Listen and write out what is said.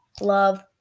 love